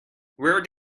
where